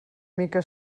mica